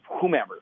whomever